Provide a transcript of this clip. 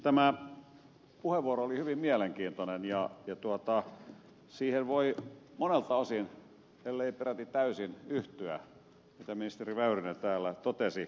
tämä puheenvuoro oli hyvin mielenkiintoinen ja siihen voi monelta osin ellei peräti täysin yhtyä mitä ministeri väyrynen täällä totesi